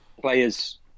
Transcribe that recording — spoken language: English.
players